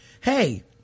Hey